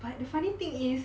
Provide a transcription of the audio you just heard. but the funny thing is